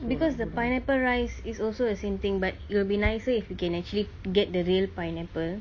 because the pineapple rice is also the same thing but it will be nicer if you can actually get the real pineapple